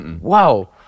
Wow